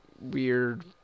weird